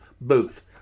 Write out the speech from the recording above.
booth